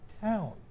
town